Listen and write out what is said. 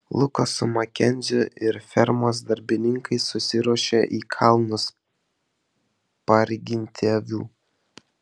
lukas su makenziu ir fermos darbininkais susiruošė į kalnus parginti avių